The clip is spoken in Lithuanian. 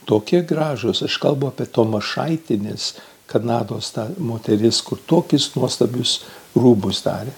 tokie gražūs aš kalbu apie tomašaitienės kanados ta moteris kur tokius nuostabius rūbus darė